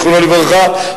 זיכרונו לברכה,